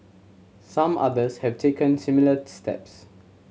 some others have taken similar steps